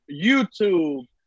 YouTube